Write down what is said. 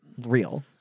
real